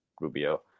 Rubio